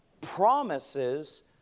promises